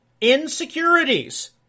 Insecurities